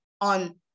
on